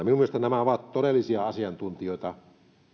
minun mielestäni nämä ovat todellisia asiantuntijoita